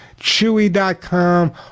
Chewy.com